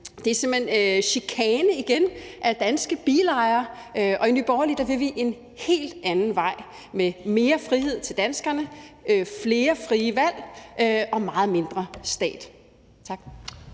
det er simpelt hen igen chikane af danske bilejere, og i Nye Borgerlige vil vi en helt anden vej med mere frihed til danskerne, flere frie valg og meget mindre stat. Tak.